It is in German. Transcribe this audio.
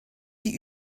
die